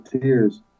tears